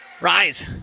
Rise